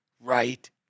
right